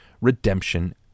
redemption